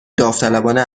داوطلبانه